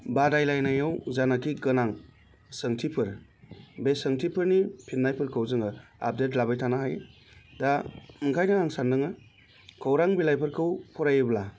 बादायलायनायाव जानाखि गोनां सोंथिफोर बे सोंथिफोरनि फिन्नायफोरखौ जोङो आपदेट लाबाय थानो हायो दा ओंखायनो आं सानदोङो खौरां बिलाइफोरखौ फरायोब्ला